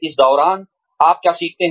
इस दौरान आप क्या सीखते हैं